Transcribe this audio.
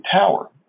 tower